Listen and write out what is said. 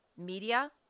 media